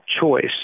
choice